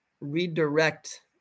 redirect